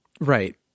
right